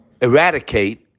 eradicate